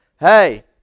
hey